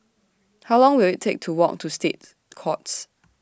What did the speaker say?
How Long Will IT Take to Walk to State Courts